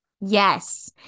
Yes